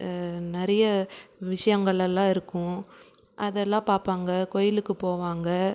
நிறைய விஷயங்களெல்லாம் இருக்கும் அதெல்லாம் பார்ப்பாங்க கோயிலுக்கு போவாங்க